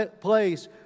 place